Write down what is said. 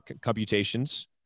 computations